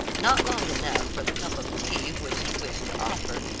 not long enough for the cup of tea which he wished to offer,